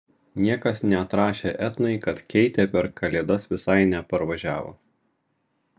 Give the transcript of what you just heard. niekas neatrašė etnai kad keitė per kalėdas visai neparvažiavo